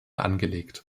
angelegt